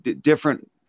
different